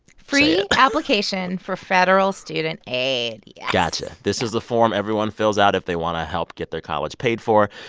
free application for federal student aid, yes gotcha. this is a form everyone fills out if they want to help get their college paid for.